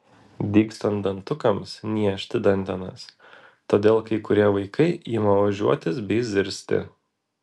dygstant dantukams niežti dantenas todėl kai kurie vaikai ima ožiuotis bei zirzti